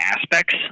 aspects